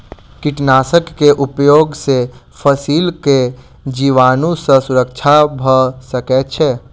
कीटनाशक के उपयोग से फसील के जीवाणु सॅ सुरक्षा भअ सकै छै